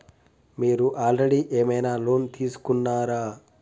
మీరు ఆల్రెడీ ఏమైనా లోన్ తీసుకున్నారా?